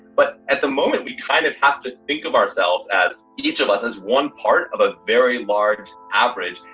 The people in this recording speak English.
but at the moment, we kind of have to think of ourselves as each of us as one part of a very large average.